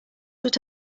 what